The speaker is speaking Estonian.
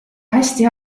hästi